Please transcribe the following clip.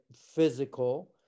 Physical